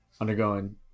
undergoing